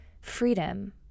freedom